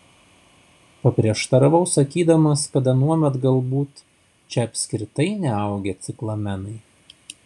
paprieštaravau sakydamas kad anuomet galbūt čia apskritai neaugę ciklamenai